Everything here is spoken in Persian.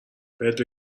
بهت